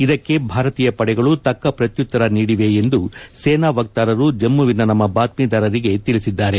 ಇದಕ್ಕೆ ಭಾರತೀಯ ಪಡೆಗಳು ತಕ್ಕ ಪ್ರತ್ಯುತ್ತರ ನೀಡಿವೆ ಎಂದು ಸೇನಾ ವಕಾರರು ಜಮ್ಮುವಿನ ನಮ್ಮ ಬಾತ್ಮೀದಾರರಿಗೆ ತಿಳಿಸಿದ್ದಾರೆ